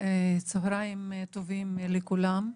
צהריים טובים לכולם,